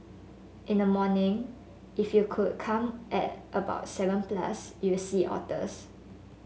in the morning if you could come at about seven plus you'll see otters